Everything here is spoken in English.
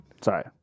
sorry